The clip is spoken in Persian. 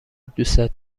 دوستت